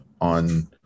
on